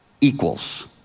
equals